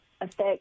affect